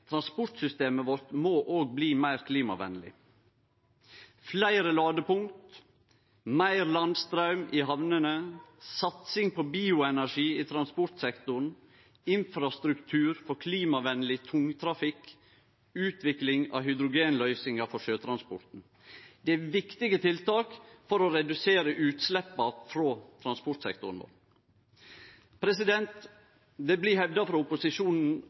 Transportsystemet vårt må òg bli meir klimavenleg. Fleire ladepunkt, meir landstraum i hamnene, satsing på bioenergi i transportsektoren, infrastruktur for klimavenleg tungtrafikk, utvikling av hydrogenløysingar for sjøtransporten – det er viktige tiltak for å redusere utsleppa frå transportsektoren vår. Det blir hevda frå opposisjonen